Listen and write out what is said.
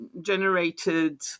generated